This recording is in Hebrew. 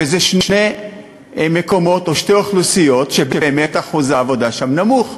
ואלה שני מקומות או שתי אוכלוסיות שבאמת אחוז העבודה שם נמוך,